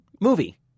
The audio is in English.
movie